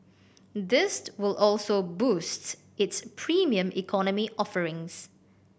this will also boosts its Premium Economy offerings